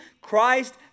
Christ